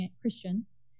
Christians